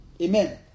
Amen